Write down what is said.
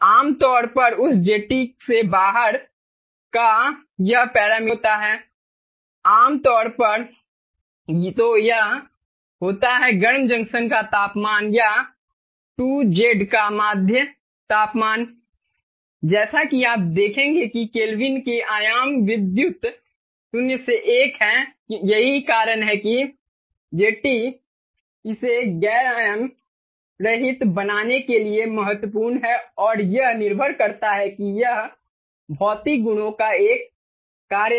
आमतौर पर उस ZT से बाहर का यह पैरामीटर T होता है आमतौर पर या तो होता है गर्म जंक्शन का तापमान या 2 Z का माध्य तापमान जैसा कि आप देखेंगे कि केल्विन के आयाम विद्युत शून्य से एक हैं यही कारण है कि ZT इसे गैर आयाम रहित बनाने के लिए महत्वपूर्ण है और यह निर्भर करता है कि यह भौतिक गुणों का एक कार्य है